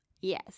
Yes